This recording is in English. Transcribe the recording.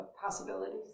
possibilities